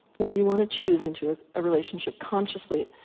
when you wanna choose into a relationship, consciously,